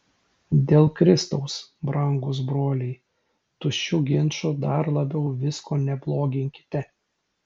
dėl kristaus brangūs broliai tuščiu ginču dar labiau visko nebloginkite